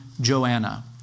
Joanna